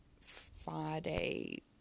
Friday